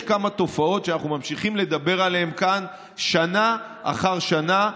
יש כמה תופעות שאנחנו ממשיכים לדבר עליהן כאן שנה אחר שנה.